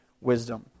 wisdom